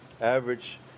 average